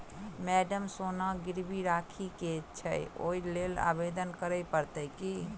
Madam सोना गिरबी राखि केँ छैय ओई लेल आवेदन करै परतै की?